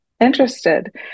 interested